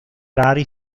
rari